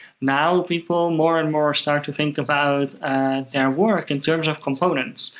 now people, more and more, start to think about their work in terms of components.